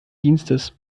dienstes